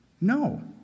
No